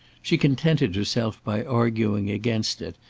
she contented herself by arguing against it,